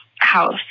house